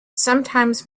sometimes